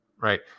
right